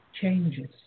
changes